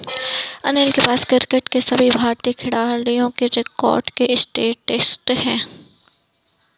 अनिल के पास क्रिकेट के सभी भारतीय खिलाडियों के रिकॉर्ड के स्टेटिस्टिक्स है